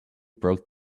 broke